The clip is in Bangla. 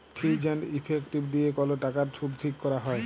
ফিজ এন্ড ইফেক্টিভ দিয়ে কল টাকার শুধ ঠিক ক্যরা হ্যয়